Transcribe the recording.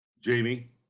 Jamie